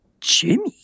Jimmy